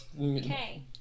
Okay